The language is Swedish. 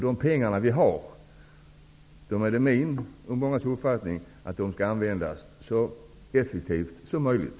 De pengar vi har skall enligt min och mångas uppfattning användas så effektivt som möjligt.